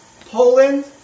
Poland